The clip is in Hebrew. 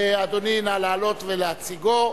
אדוני, נא לעלות ולהציגו.